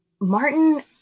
Martin